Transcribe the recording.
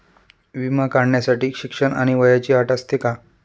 विमा काढण्यासाठी शिक्षण आणि वयाची अट असते का?